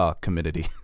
Committee